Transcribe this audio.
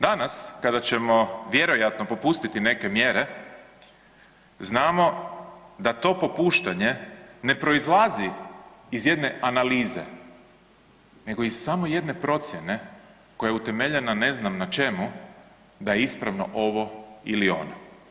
Danas kada ćemo vjerojatno popustiti neke mjere znamo da to popuštanje ne proizlazi iz jedne analize nego iz samo jedne procijene koja je utemeljena ne znam na čemu da je ispravno ovo ili ono.